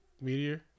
meteor